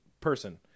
person